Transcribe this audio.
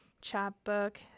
chapbook